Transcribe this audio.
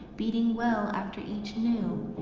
beating well after each new.